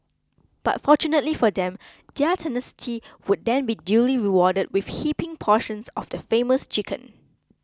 but fortunately for them their tenacity would then be duly rewarded with heaping portions of the famous chicken